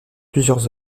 plusieurs